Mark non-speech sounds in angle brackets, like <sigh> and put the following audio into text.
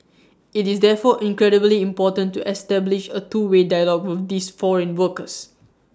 <noise> IT is therefore incredibly important to establish A two way dialogue with these foreign workers